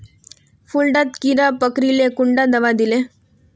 फुल डात कीड़ा पकरिले कुंडा दाबा दीले?